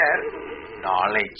knowledge